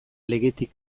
legetik